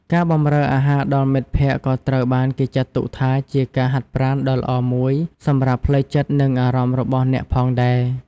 ការបម្រើអាហារដល់មិត្តភក្តិក៏ត្រូវបានគេចាត់ទុកថាជាការហាត់ប្រាណដ៏ល្អមួយសម្រាប់ផ្លូវចិត្តនិងអារម្មណ៍របស់អ្នកផងដែរ។